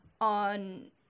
on